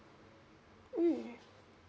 mm